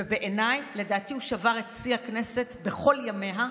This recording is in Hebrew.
ובעיניי, לדעתי, הוא שבר את שיא הכנסת בכל ימיה,